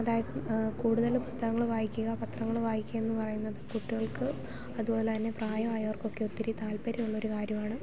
അതായത് കൂടുതൽ പുസ്തകങ്ങൾ വായിക്കുക പത്രങ്ങൾ വായിക്കുക എന്ന് പറയുന്നത് കുട്ടികൾക്ക് അതുപോലെ തന്നെ പ്രായ ആയവർക്ക് ഒക്കെ ഒത്തിരി താല്പര്യം ഉള്ളൊരു കാര്യവും ആണ്